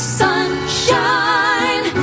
sunshine